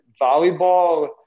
volleyball